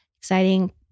exciting